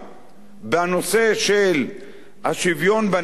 בנושא של השוויון בנטל,